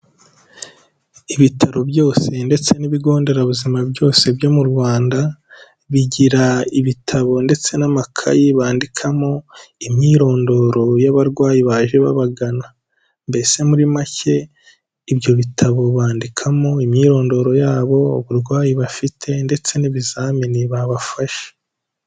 Ibitaro byose ndetse n'ibigo nderabuzima byose byo mu Rwanda, bigira ibitabo ndetse n'amakayi bandikamo imyirondoro y'abarwayi baje babagana. Mbese muri make ibyo bitabo bandikamo imyirondoro yabo, uburwayi bafite ndetse n'ibizamini babafashe.